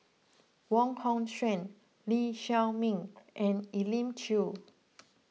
Wong Hong Suen Lee Chiaw Meng and Elim Chew